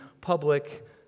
public